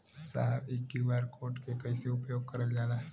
साहब इ QR code के कइसे उपयोग करल जाला?